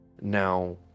Now